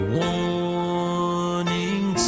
warning